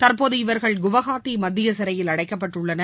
தற்போது இவர்கள் குவகாத்தி மத்திய சிறையில் அடைக்கப்பட்டுள்ளனர்